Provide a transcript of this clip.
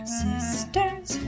sisters